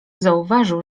zauważył